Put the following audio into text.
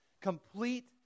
complete